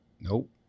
Nope